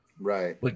Right